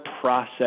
process